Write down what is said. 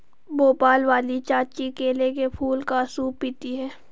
भोपाल वाली चाची केले के फूल का सूप पीती हैं